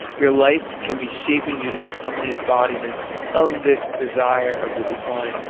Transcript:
your life can be shaping you to become the embodiment of this desire of the divine.